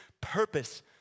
purpose